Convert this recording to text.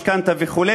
משכנתה וכו',